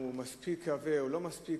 הוא מספיק עבה או לא מספיק,